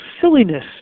silliness